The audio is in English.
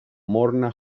morna